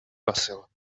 basil